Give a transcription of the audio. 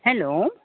hello